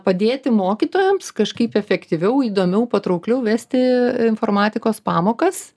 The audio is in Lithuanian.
padėti mokytojams kažkaip efektyviau įdomiau patraukliau vesti informatikos pamokas